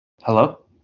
hello